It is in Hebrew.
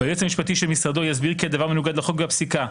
והיועצת המשפטית של משרדו תסביר כי הדבר מנוגד לחוק ולפסיקה,